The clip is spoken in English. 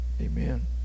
Amen